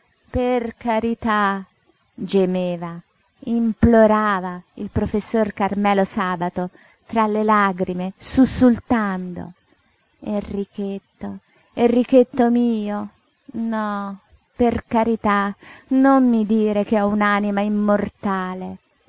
per carità gemeva implorava il professor carmelo sabato tra le lagrime sussultando enrichetto enrichetto mio no per carità non mi dire che ho un'anima immortale